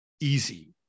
easy